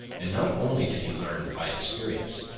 and not only did he learn by experience,